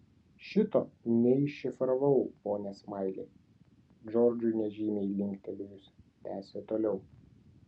šito neiššifravau pone smaili džordžui nežymiai linktelėjus tęsė toliau